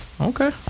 Okay